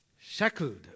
shackled